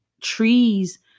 trees